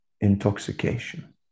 intoxication